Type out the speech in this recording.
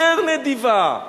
יותר נדיבה.